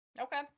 Okay